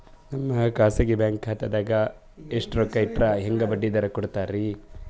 ನಮ್ಮ ಖಾಸಗಿ ಬ್ಯಾಂಕ್ ಖಾತಾದಾಗ ಎಷ್ಟ ರೊಕ್ಕ ಇಟ್ಟರ ಹೆಂಗ ಬಡ್ಡಿ ದರ ಕೂಡತಾರಿ?